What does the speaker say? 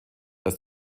dass